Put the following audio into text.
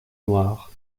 noires